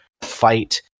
fight